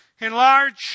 enlarge